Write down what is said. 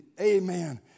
amen